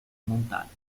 montagne